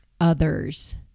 others